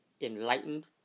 enlightened